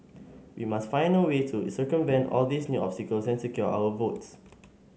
we must find a way to circumvent all these new obstacles and secure our votes